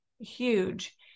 huge